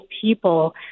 people